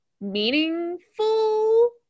meaningful